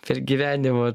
per gyvenimą